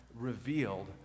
revealed